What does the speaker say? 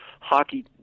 hockey